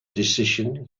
decision